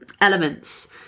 elements